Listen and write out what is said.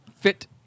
fit